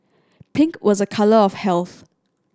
pink was a colour of health